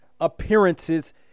appearances